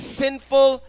sinful